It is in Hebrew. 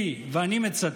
כי, ואני מצטט,